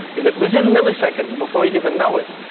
is that within milliseconds, before you even know it,